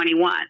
21